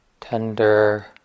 tender